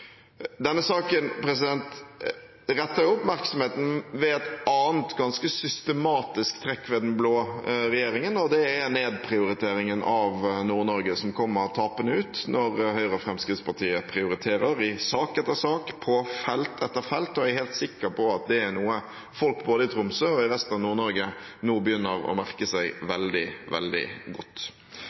Denne saken retter oppmerksomheten mot et annet ganske systematisk trekk ved den blå regjeringen, og det er nedprioriteringen av Nord-Norge, som kommer tapende ut når Høyre og Fremskrittspartiet prioriterer i sak etter sak, på felt etter felt. Jeg er helt sikker på at det er noe folk både i Tromsø og i resten av Nord-Norge nå begynner å merke seg veldig, veldig godt.